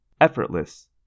Effortless